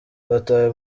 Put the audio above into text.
batawe